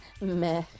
Meh